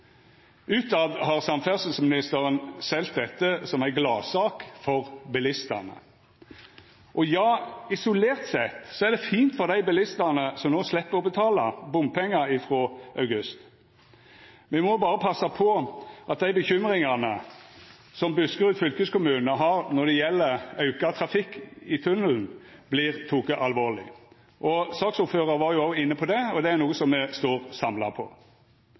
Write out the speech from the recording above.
Ute har samferdselsministeren selt dette som ei gladsak for bilistane. Og ja, isolert sett er det fint for dei bilistane som no slepp å betala bompengar frå august. Me må berre passa på at dei bekymringane som Buskerud fylkeskommune har når det gjeld auka trafikk i tunnelen, vert tekne på alvor. Saksordføraren var òg inne på det, og det er noko me står samla på.